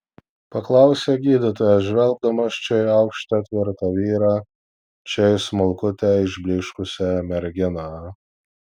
paklausė gydytojas žvelgdamas čia į aukštą tvirtą vyrą čia į smulkutę išblyškusią merginą